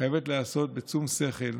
חייבת להיעשות בשום שכל,